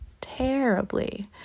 terribly